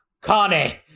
Connie